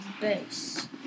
base